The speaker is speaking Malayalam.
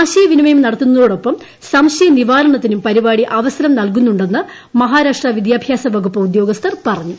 ആശയ വിനിമയം നടത്തുന്നതോടൊപ്പം സംശയ നിവാരണത്തിനും പരിപാടി അവസരം നൽകുന്നുണ്ടെന്ന് മഹാരാഷ്ട്ര വിദ്യാഭ്യാസ വകുപ്പ് ഉദ്യോഗസ്ഥൻ പറഞ്ഞു